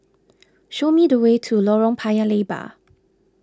show me the way to Lorong Paya Lebar